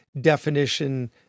definition